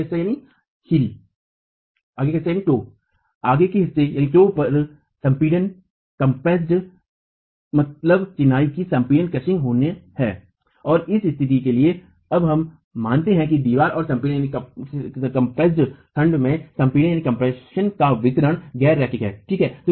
आगे के हिस्से पर संपीड़ित मतलब चिनाई का संपीडन होना और इसी स्थिति के लिए अब हम मानते हैं कि दीवार के संपीड़ित खंड में संपीड़न का वितरण गैर रैखिक है ठीक है